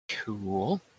Cool